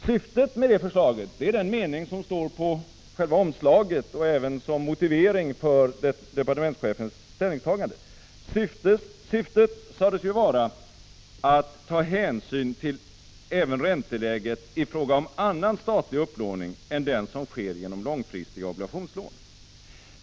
Syftet med det förslaget är vad som uttrycks i den mening som står på själva omslaget och även som motivering för departementschefens ställningstagande. Syftet sades vara att ta hänsyn till ränteläget även i fråga om annan statlig upplåning än den som sker genom långfristiga obligationslån.